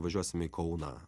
važiuosime į kauną